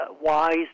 wise